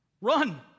Run